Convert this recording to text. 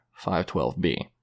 512B